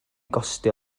costio